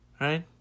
Right